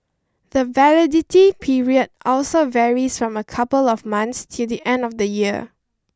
the validity period also varies from a couple of months till the end of the year